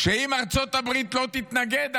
שאם ארצות הברית לא תתנגד,